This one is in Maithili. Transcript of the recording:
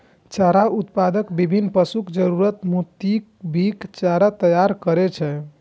चारा उत्पादक विभिन्न पशुक जरूरतक मोताबिक चारा तैयार करै छै